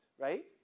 right